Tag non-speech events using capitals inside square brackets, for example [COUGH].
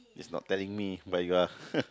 it's not telling me but you are [LAUGHS]